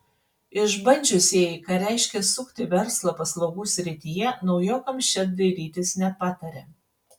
išbandžiusieji ką reiškia sukti verslą paslaugų srityje naujokams čia dairytis nepataria